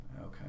Okay